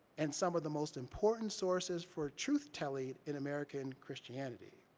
and some of the most important sources for truth telling in american christianity.